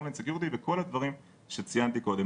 ה- home and securityוכל הדברים שציינתי קודם.